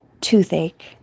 toothache